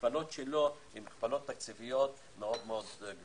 המכפלות שלו הן מכפלות תקציביות מאוד גבוהות.